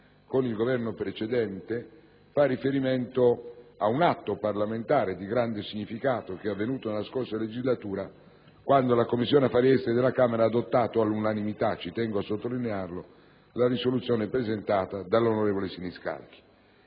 con il Governo precedente, fa riferimento ad un atto parlamentare di grande significato, che è stato compiuto nella scorsa legislatura, quando la Commissione affari esteri della Camera ha adottato all'unanimità - ci tengo a sottolinearlo - la risoluzione presentata dall'onorevole Siniscalchi.